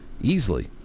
easily